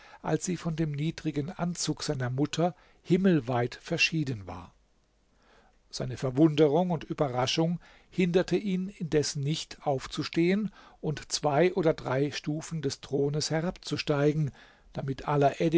als sie von dem niedrigen anzug seiner mutter himmelweit verschieden war seine verwunderung und überraschung hinderte ihn indes nicht aufzustehen und zwei oder drei stufen des thrones herabzusteigen damit